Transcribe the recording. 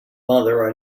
mother